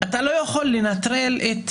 אתה לא יכול לנטרל את